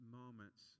moments